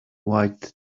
wide